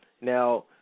Now